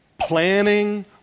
planning